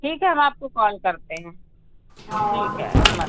ठीक है हम आपको कॉल करते हैं ठीक है नमस्ते